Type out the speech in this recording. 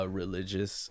religious